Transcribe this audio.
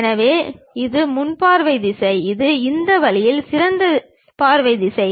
எனவே இது முன் பார்வை திசை இது இந்த வழியில் சிறந்த பார்வை திசை